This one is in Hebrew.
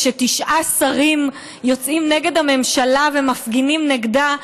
כשתשעה שרים יוצאים נגד הממשלה ומפגינים נגדה,